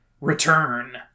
Return